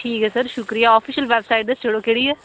ठीक ऐ सर शुक्रिया आफिशल वैबसाईट दस्सी ओड़ो केह्ड़ी ऐ